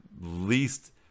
least